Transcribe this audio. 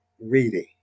reading